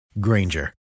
Granger